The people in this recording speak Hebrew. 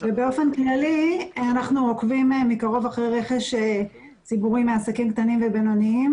באופן כללי אנחנו עוקבים מקרוב אחרי רכש ציבורי מעסקים קטנים ובינוניים,